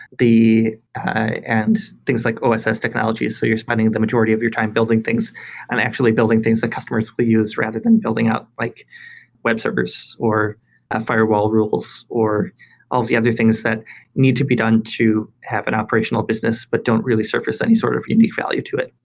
and things like oss oss technologies, so you're spending the majority of your time building things and actually building things that customers will use rather than building out like web servers or ah firewalled rules or all the other things that need to be done to have an operational business but don't really surface any sort of unique value to it.